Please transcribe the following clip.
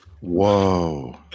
Whoa